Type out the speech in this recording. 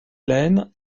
lane